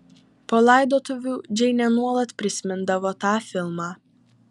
po laidotuvių džeinė nuolat prisimindavo tą filmą